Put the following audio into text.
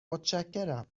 متشکرم